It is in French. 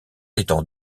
étant